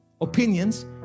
Opinions